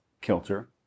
kilter